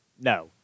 no